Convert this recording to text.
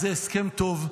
אז זה הסכם טוב.